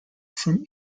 from